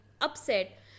upset